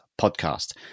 podcast